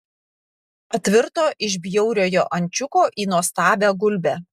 atvirto iš bjauriojo ančiuko į nuostabią gulbę